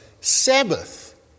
Sabbath